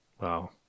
wow